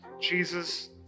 Jesus